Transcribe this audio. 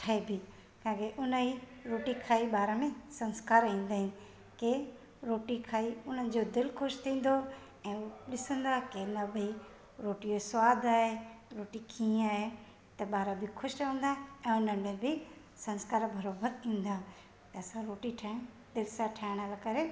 ठइबी ताकी उन जी रोटी खाई ॿार बि संस्कार ईंदा आहिनि के रोटी खाई उन्हनि जो दिलि ख़ुशि थींदो ऐं ॾिसंदा की न भाई रोटीअ जो स्वादु आहे रोटी कीअं आहे त ॿार बि ख़ुशि रहंदा ऐं उन्हनि में बि संस्कार बराबरि ईंदा त असां रोटी ठाहियूं दिलि सां ठाहिण करे